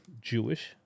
Jewish